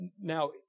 Now